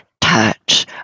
touch